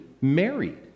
married